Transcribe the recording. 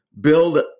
build